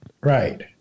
Right